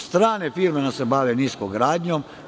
Strane firme nam se bave niskogradnjom.